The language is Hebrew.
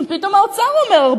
פתאום האוצר אומר,